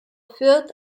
führt